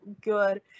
good